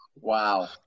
Wow